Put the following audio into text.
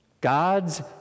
God's